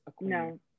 no